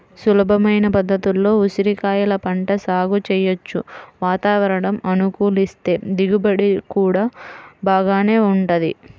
సులభమైన పద్ధతుల్లో ఉసిరికాయల పంట సాగు చెయ్యొచ్చు, వాతావరణం అనుకూలిస్తే దిగుబడి గూడా బాగానే వుంటది